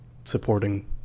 supporting